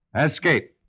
escape